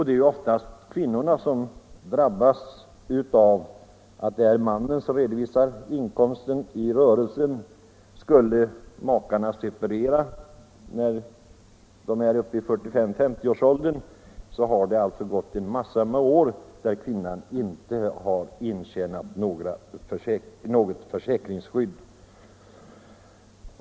Det är ju ofta kvinnan som drabbas av detta, eftersom mannen redovisar inkomsten av rörelsen. Skulle makarna separera när de är i 45-50-årsåldern har kvinnan arbetat många år utan att ha intjänat något försäkringsskydd.